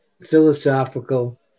philosophical